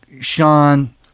Sean